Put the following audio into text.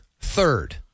third